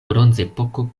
bronzepoko